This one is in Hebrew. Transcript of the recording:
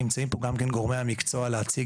נמצאים פה גם כן גורמי המקצוע להציג,